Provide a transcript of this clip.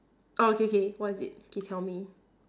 oh okay K what is it K tell me